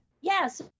Yes